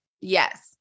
Yes